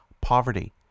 poverty